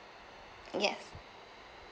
yes